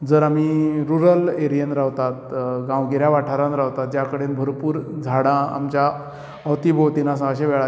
जर आमी रूरल एरीयेन रावतात गांवगिऱ्या वाठारांन रावतात ज्या कडेन भरपूर झाडां आमच्या अवती भोंवती आसा अश्या वेळाचेर आमी